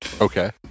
okay